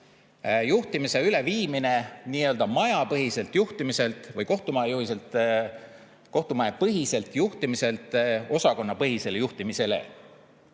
juhtimise üleviimine nii-öelda majapõhiselt juhtimiselt või kohtumajapõhiselt juhtimiselt osakonnapõhisele juhtimisele.